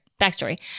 Backstory